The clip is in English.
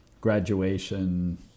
graduation